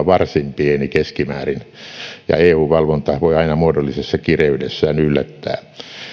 varsin pieni keskimäärin ja eu valvonta voi aina muodollisessa kireydessään yllättää